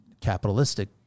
capitalistic